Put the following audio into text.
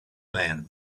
than